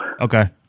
Okay